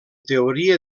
teoria